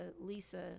Lisa